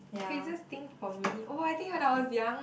craziest thing for me oh I think when I was young